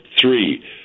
Three